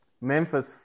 Memphis